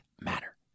matter